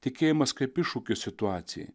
tikėjimas kaip iššūkis situacijai